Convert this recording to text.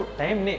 time